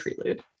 prelude